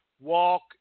walk